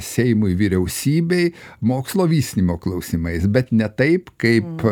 seimui vyriausybei mokslo vystymo klausimais bet ne taip kaip